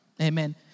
Amen